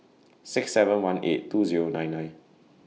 six seven one eight two Zero nine nine